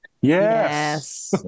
Yes